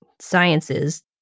sciences